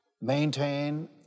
maintain